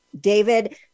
David